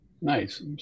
Nice